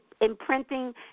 imprinting